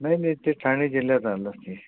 नाही नाही ते ठाणे जिल्ह्यात आलं ते